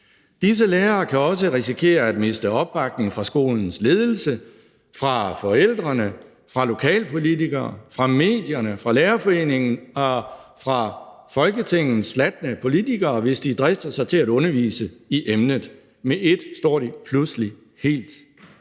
Disse lærere kan også risikere at miste opbakning fra skolens ledelse, fra forældrene, fra lokalpolitikerne, fra medierne, fra Lærerforeningen og fra Folketingets slatne politikere, hvis de drister sig til at undervise i emnet. Med ét står de pludselig helt